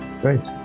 Great